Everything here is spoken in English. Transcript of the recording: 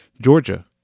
Georgia